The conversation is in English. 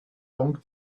long